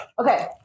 Okay